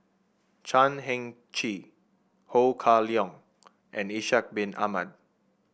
Chan Heng Chee Ho Kah Leong and Ishak Bin Ahmad